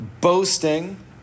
boasting